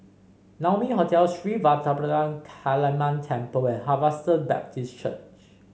Naumi Hotel Sri Vadapathira Kaliamman Temple and Harvester Baptist Church